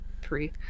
three